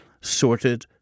sorted